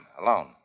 alone